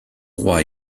roi